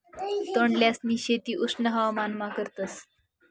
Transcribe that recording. तोंडल्यांसनी शेती उष्ण हवामानमा करतस